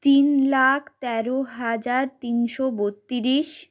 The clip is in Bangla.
তিন লাখ তেরো হাজার তিনশো বত্রিশ